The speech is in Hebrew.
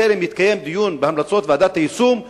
בטרם יתקיים הדיון בהמלצות ועדת היישום,